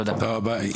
תודה רבה.